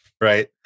Right